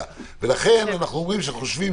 לכן אנחנו אומרים שאנחנו חושבים